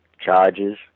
charges